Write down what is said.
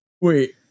Wait